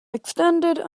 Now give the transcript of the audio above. extended